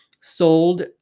sold